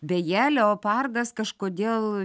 beje leopardas kažkodėl